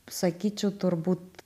sakyčiau turbūt